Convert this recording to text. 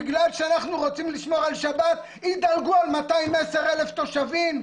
בגלל שאנחנו רוצים לשמור על שבת ידלגו על 210,000 תושבים?